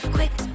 Quick